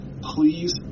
Please